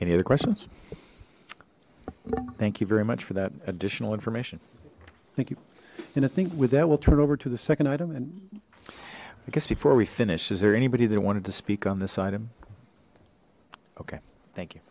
any other questions thank you very much for that additional information thank you and i think with that we'll turn over to the second item and i guess before we finish is there anybody that wanted to speak on this item ok thank you